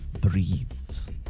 breathes